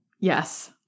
Yes